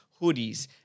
hoodies